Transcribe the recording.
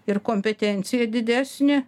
ir kompetencija didesnė